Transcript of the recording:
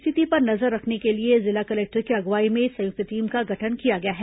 स्थिति पर नजर रखने के लिए जिला कलेक्टर की अगुवाई में संयुक्त टीम का गठन किया गया है